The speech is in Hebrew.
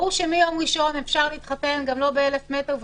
ברור שמיום ראשון אפשר יהיה להתחתן לא בטווח של 1,000 מטר,